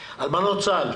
אלמנות צה"ל,